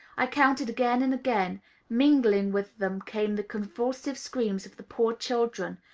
i counted again and again mingling with them came the convulsive screams of the poor children,